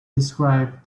described